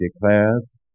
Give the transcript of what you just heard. declares